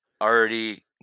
already